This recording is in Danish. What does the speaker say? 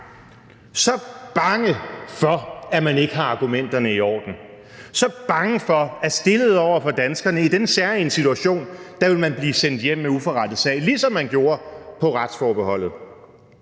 så bange – for, at man ikke har argumenterne i orden? Er man så bange for, at stillet over for danskerne i den særegne situation vil man blive sendt hjem med uforrettet sag, ligesom man gjorde ved retsforbeholdet?